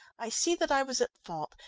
i see that i was at fault,